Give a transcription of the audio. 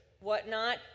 whatnot